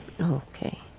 Okay